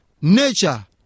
nature